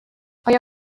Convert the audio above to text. آیا